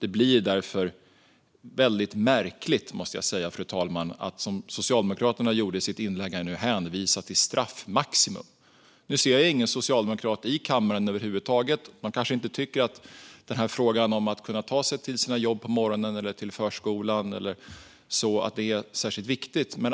Det blir därför väldigt märkligt att som Socialdemokraterna gjorde i sitt inlägg hänvisa till straffmaximum. Jag ser ingen socialdemokrat i kammaren över huvud taget. De kanske inte tycker att frågan om att kunna ta sig till jobb och förskola är viktig.